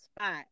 spot